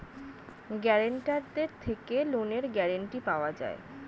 গ্যারান্টারদের থেকে লোনের গ্যারান্টি পাওয়া যায়